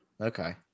Okay